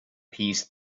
peace